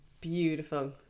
beautiful